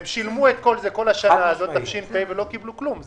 אתם שילמתם בכל שנת תש"ף, ולא קיבלתם כלום.